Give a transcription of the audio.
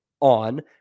on